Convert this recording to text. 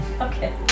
Okay